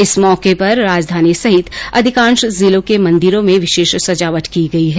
इस मौके पर राजधानी सहित अधिकांश जिलों के मंदिरों में विशेष सजावट की गई है